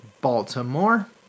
Baltimore